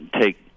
take